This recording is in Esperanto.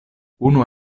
unu